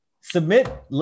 Submit